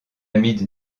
hamid